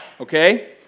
okay